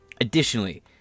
additionally